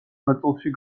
ნაწილში